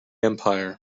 empire